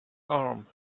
arm